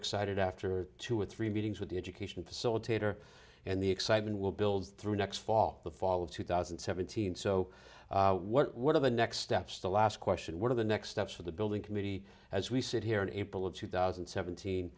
excited after two or three meetings with the education facilitator and the excitement will build through next fall the fall of two thousand and seventeen so what are the next steps the last question what are the next steps for the building committee as we sit here in april of two thousand and seventeen